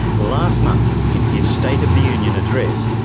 last month, in his state of the union address,